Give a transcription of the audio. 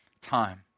time